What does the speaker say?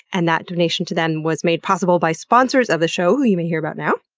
and that donation to them was made possible by sponsors of the show, who you may hear about now.